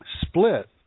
split